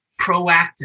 proactive